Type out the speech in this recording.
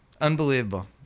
Unbelievable